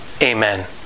Amen